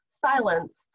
silenced